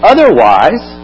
Otherwise